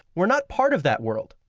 we're not part of that world,